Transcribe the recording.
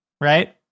right